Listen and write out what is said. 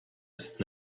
ist